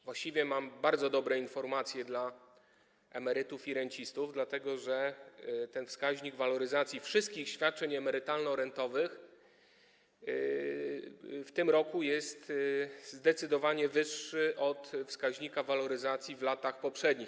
Właściwie mam bardzo dobre informacje dla emerytów i rencistów, dlatego że ten wskaźnik waloryzacji wszystkich świadczeń emerytalno-rentowych w tym roku jest zdecydowanie wyższy od wskaźnika waloryzacji w latach poprzednich.